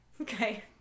Okay